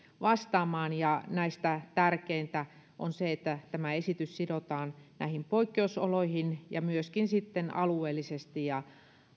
vastaamaan ja näistä tärkeintä on se että tämä esitys sidotaan näihin poikkeusoloihin ja myöskin alueellisesti ja